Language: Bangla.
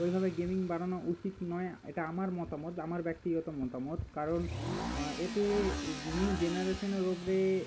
ওইভাবে গেমিং বানানো উচিত নয় এটা আমার মতামত আমার ব্যক্তিগত মতামত কারণ এতে নিউ জেনারেশানের ওপরে